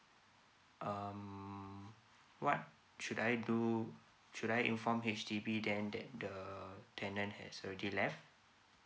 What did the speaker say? um what should I do should I inform H_D_B then that the uh tenant has already left